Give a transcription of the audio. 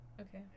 okay